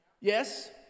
Yes